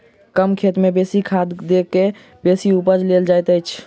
कम खेत मे बेसी खाद द क बेसी उपजा लेल जाइत छै